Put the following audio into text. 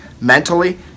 mentally